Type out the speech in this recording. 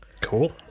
Cool